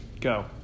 Go